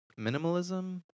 Minimalism